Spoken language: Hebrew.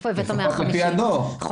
לפחות לפי הדוח.